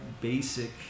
basic